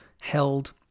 held